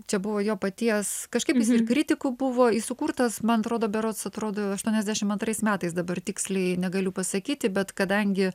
čia buvo jo paties kažkaip ir kritikų buvo jis sukurtas man atrodo berods atrodo aštuoniasdešim antrais metais dabar tiksliai negaliu pasakyti bet kadangi